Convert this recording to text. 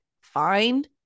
find